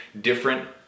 Different